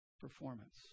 performance